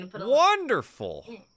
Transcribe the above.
Wonderful